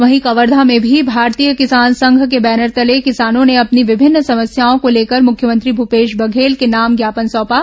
वहीं कवर्घा में भी भारतीय किसान संघ के बैनर तलें किसानों ने अपनी विभिन्न समस्याओं को लेकर मुख्यमंत्री भूपेश बघेल के नाम ज्ञापन सौंपा